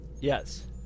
Yes